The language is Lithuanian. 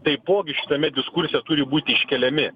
taipogi šitame diskurse turi būt iškeliami